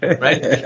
right